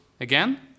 again